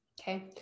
Okay